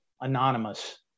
anonymous